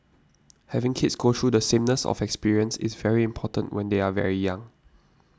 having kids go through the sameness of experience is very important when they are very young